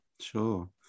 Sure